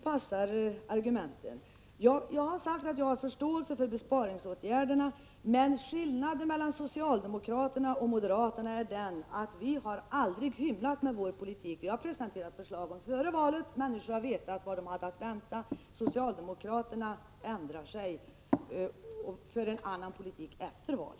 Vad är skälet till att SCB:s efterfrågeundersökning beträffande barnomsorgen inte är heltäckande, så att föräldrarna får möjlighet att ge till känna sina önskemål om kommunal, privat och annan alternativ barnomsorg samt om vårdnadsersättning och önskemål om att själva ta hand om sina små barn?